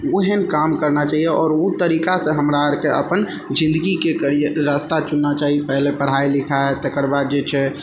ओहेन काम करना चाहिए आओर ओ तरीका से हमरा आरके अपन जिन्दगीके करिय रस्ता चुनना चाहिए पहले पढ़ाइ लिखाइ तेकर बाद जे छै